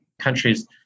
countries